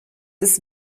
ist